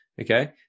Okay